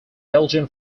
belgian